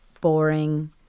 boring